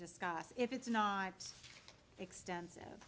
discuss if it's not extensive